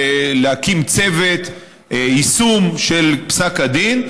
להקים צוות יישום של פסק הדין.